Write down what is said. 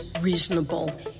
reasonable